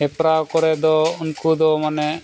ᱦᱮᱯᱨᱟᱣ ᱠᱚᱨᱮ ᱫᱚ ᱩᱱᱠᱩ ᱫᱚ ᱢᱟᱱᱮ